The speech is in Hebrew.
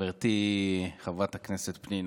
חברתי חברת הכנסת פנינה,